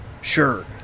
Sure